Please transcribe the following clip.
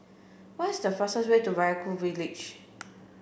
where's the fastest way to Vaiaku village